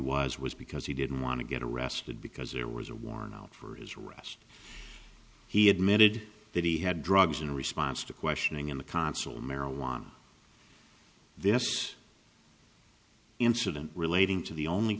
was was because he didn't want to get arrested because there was a warrant out for his arrest he admitted that he had drugs in response to questioning in the consul marijuana this incident relating to the only